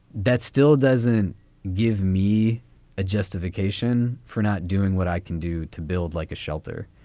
that still doesn't give me a justification for not doing what i can do to build like a shelter,